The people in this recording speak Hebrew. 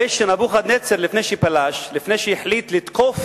הרי נבוכדנצר, לפני שפלש, לפני שהחליט לתקוף